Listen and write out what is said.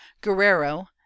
Guerrero